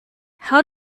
how